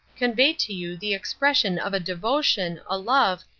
convey to you the expression of a devotion, a love,